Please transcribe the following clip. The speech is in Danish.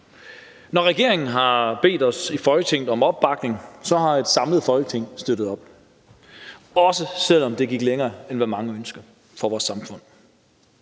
Når regeringen har bedt os i Folketinget om opbakning, har et samlet Folketing støttet op, også selv om det gik længere, end hvad mange ønsker for vores samfund.